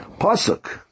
Pasuk